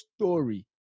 story